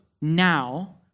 now